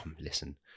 Listen